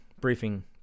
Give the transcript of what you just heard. briefing